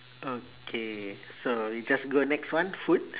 okay so we just go next one food